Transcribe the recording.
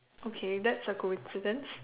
okay that's a coincidence